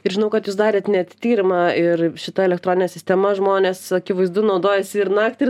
ir žinau kad jūs darėt net tyrimą ir šita elektronine sistema žmonės akivaizdu naudojasi ir naktį ir